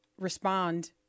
respond